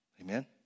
Amen